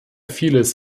vieles